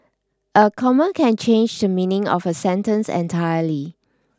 a comma can change the meaning of a sentence entirely